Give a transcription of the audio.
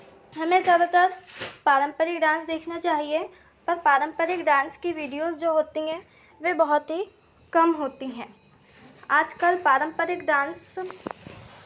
हमें ज़्यादातर पारम्परिक डांस देखना चाहिए पर पारम्परिक डांस की वीडियोज़ जो होती हैं वे बहुत ही कम होती हैं आज कल पारम्परिक डांस